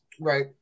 Right